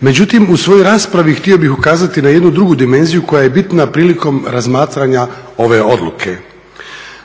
Međutim, u svojoj raspravi htio bih ukazati na jednu drugu dimenziju koja je bitna prilikom razmatranja ove odluke.